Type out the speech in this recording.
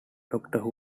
doctor